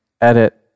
edit